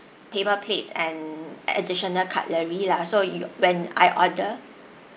paper plates and additional cutlery lah so you when I order